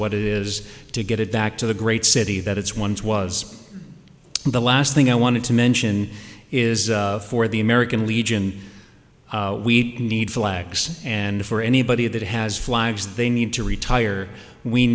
what it is to get it back to the great city that it's once was the last thing i wanted to mention is for the american legion we need flags and for anybody that has flags they need to retire we